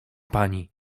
pani